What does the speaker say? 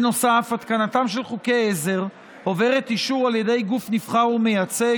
נוסף על כך התקנתם של חוקי עזר עוברת אישור על ידי גוף נבחר ומייצג,